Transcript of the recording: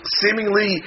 seemingly